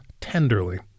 tenderly